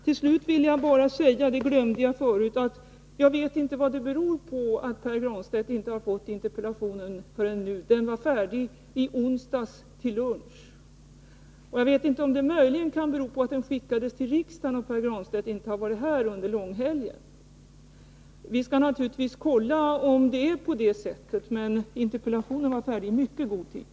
Till slut vill jag bara säga — det glömde jag förut — att jag inte vet vad det beror på att Pär Granstedt inte har fått interpellationssvaret förrän nu. Det var färdigt i onsdags till lunchtid. Jag vet inte om det möjligen kan vara så, att det skickades till riksdagen och Pär Granstedt inte har varit här under långhelgen. Vi skall naturligtvis kolla om det är på det sättet. Men interpellationssvaret var färdigt i mycket god tid.